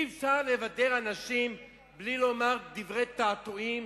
אי-אפשר לבדר אנשים מבלי לומר דברי תעתועים